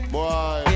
Boy